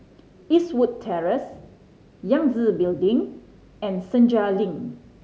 Eastwood Terrace Yangtze Building and Senja Link